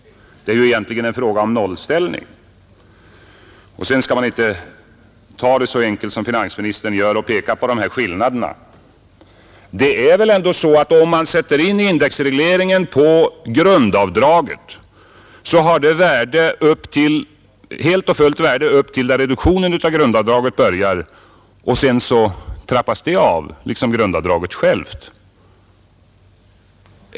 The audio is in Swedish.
Det är ju egentligen en fråga om nollställning. Sedan skall man inte ta det så enkelt som finansministern gör och peka på de här skillnaderna. Det är väl ändå så att om man sätter in indexregleringen på grundavdraget, så har den helt och fullt värde upp till den gräns där reduktionen av grundavdraget börjar, och sedan trappas den av liksom grundavdraget självt.